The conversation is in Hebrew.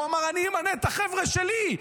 הוא אמר: אני אמנה את החבר'ה שלי.